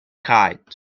cried